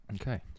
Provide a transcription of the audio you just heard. Okay